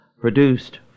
produced